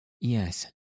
Yes